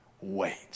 Wait